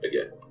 again